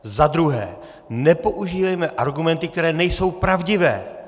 Za druhé, nepoužívejme argumenty, které nejsou pravdivé.